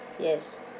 yes